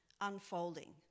unfolding